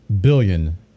billion